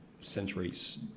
centuries